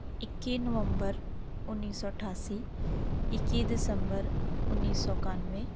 ਇੱਕੀ ਨਵੰਬਰ ਉੱਨੀ ਸੌ ਅਠਾਸੀ ਇੱਕੀ ਦਸੰਬਰ ਉੱਨੀ ਸੌ ਇਕਾਨਵੇਂ